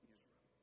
Israel